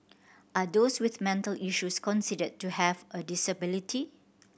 are those with mental issues considered to have a disability